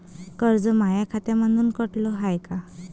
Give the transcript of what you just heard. कर्ज माया खात्यामंधून कटलं हाय का?